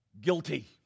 guilty